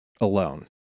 alone